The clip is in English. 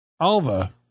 Alva